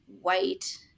white